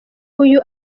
uyu